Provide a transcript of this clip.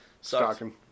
Stocking